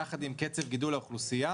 יחד עם קצב גידול האוכלוסייה,